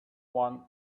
one